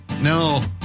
No